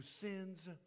sins